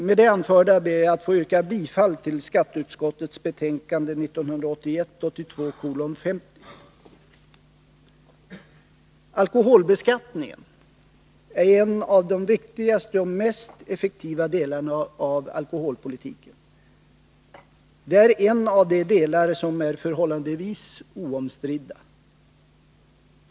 Med det anförda ber jag att få yrka bifall till hemställan i skatteutskottets betänkande 1981/82:50. Alkoholbeskattningen är en av de viktigaste och mest effektiva delarna av alkoholpolitiken. Det är en av de delar som är förhållandevis oomstridda.